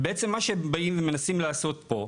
ובעצם מה שבאים ומנסים לעשות פה,